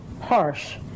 harsh